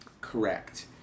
correct